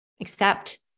accept